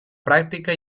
pràctica